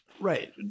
Right